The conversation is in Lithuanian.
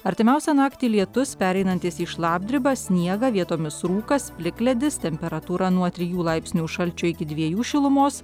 artimiausią naktį lietus pereinantis į šlapdribą sniegą vietomis rūkas plikledis temperatūra nuo trijų laipsnių šalčio iki dviejų šilumos